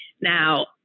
Now